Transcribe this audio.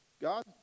God